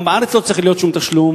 וגם בארץ לא צריך להיות שום תשלום,